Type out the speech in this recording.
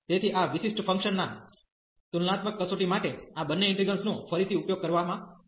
તેથી આ વિશિષ્ટ ફંકશન ના તુલનાત્મક કસોટી માટે આ બંને ઇન્ટિગ્રેલ્સ નો ફરીથી ઉપયોગ કરવામાં આવશે